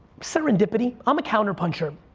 serendipity. i'm a counter puncher,